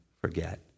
forget